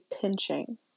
pinching